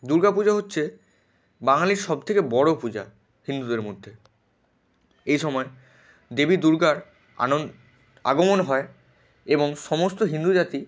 দুর্গাপুজো হচ্ছে বাঙালির সবথেকে বড় পূজা হিন্দুদের মধ্যে এই সময় দেবী দুর্গার আনন আগমন হয় এবং সমস্ত হিন্দু জাতি